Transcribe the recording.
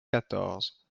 quatorze